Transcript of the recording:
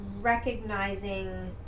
recognizing